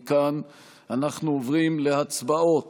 מכאן אנחנו עוברים להצבעות